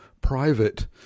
private